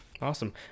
Awesome